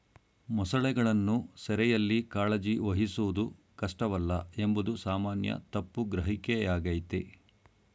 ಮೊಸಳೆಗಳನ್ನು ಸೆರೆಯಲ್ಲಿ ಕಾಳಜಿ ವಹಿಸುವುದು ಕಷ್ಟವಲ್ಲ ಎಂಬುದು ಸಾಮಾನ್ಯ ತಪ್ಪು ಗ್ರಹಿಕೆಯಾಗಯ್ತೆ